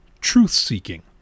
truth-seeking